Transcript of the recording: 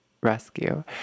rescue